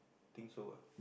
think so ah